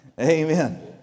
Amen